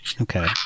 Okay